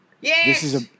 Yes